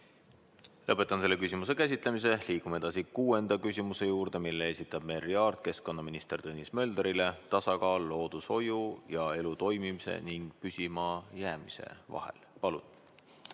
Lõpetan selle küsimuse käsitlemise. Liigume edasi kuuenda küsimuse juurde, mille esitab Merry Aart keskkonnaminister Tõnis Möldrile. Tasakaal loodushoiu ja elu toimimise ning püsimajäämise vahel. Liigume